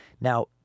Now